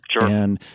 Sure